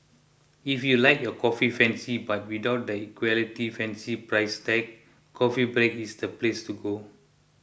if you like your coffee fancy but without the equality fancy price tag Coffee Break is the place to go